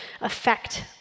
affect